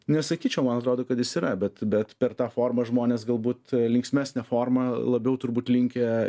nesakyčiau man atrodo kad jis yra bet bet per tą formą žmonės galbūt linksmesne forma labiau turbūt linkę